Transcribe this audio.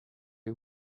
who